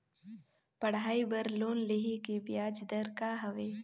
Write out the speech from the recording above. पढ़ाई बर लोन लेहे के ब्याज दर का हवे?